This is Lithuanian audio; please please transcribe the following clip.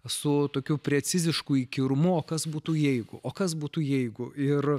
su tokiu precizišku įkyrumu o kas būtų jeigu o kas būtų jeigu ir